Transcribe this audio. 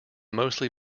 mostly